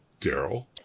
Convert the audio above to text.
Daryl